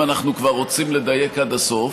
אם אנחנו כבר רוצים לדייק עד הסוף: